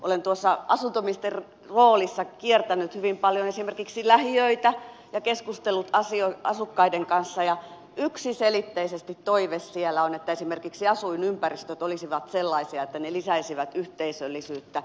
olen asuntoministerin roolissa kiertänyt hyvin paljon esimerkiksi lähiöitä ja keskustellut asukkaiden kanssa ja yksiselitteisesti toive siellä on että esimerkiksi asuinympäristöt olisivat sellaisia että ne lisäisivät yhteisöllisyyttä